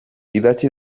idatzi